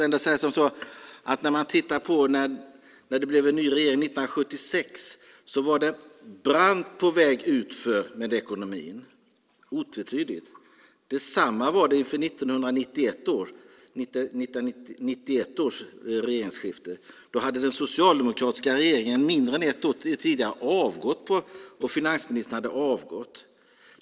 När det blev en ny regering 1976 var ekonomin på väg brant utför, otvetydigt. Det var detsamma inför 1991 års regeringsskifte, då den socialdemokratiska regeringen mindre än ett år tidigare hade avgått och finansministern hade avgått.